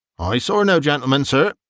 i saw no gentlemen, sir,